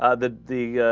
ah that the